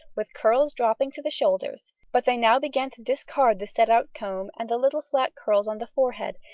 with curls dropping to the shoulders, but they now began to discard the set-out comb and the little flat curls on the forehead,